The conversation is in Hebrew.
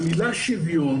המילה שוויון,